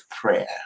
prayer